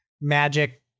magic